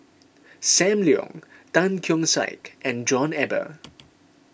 Sam Leong Tan Keong Saik and John Eber